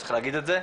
צריך להגיד את זה,